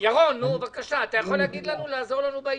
מה זה התשומות?